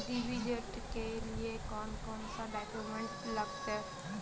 Deposit के लिए कौन कौन से डॉक्यूमेंट लगते?